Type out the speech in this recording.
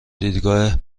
دیدگاه